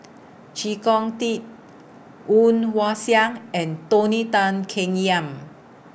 Chee Kong Tet Woon Wah Siang and Tony Tan Keng Yam